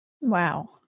Wow